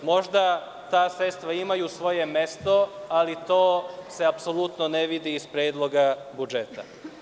Možda ta sredstva imaju svoje mesto, ali to se apsolutno ne vidi iz Predloga budžeta.